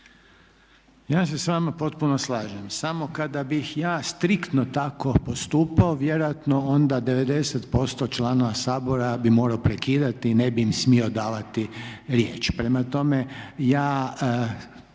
Ja se s vama potpuno slažem. Samo kada bih ja striktno tako postupao vjerojatno onda 90% članova Sabora bi morao prekidati i ne bih im smio davati riječ. Prema tome, ja